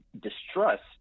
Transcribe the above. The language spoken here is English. distrust